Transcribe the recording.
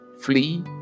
flee